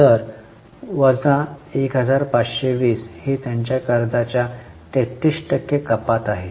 तर वजा 1520 ही त्यांच्या कर्जाच्या 33 टक्के कपात आहे